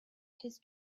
his